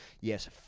yes